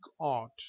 art